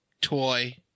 toy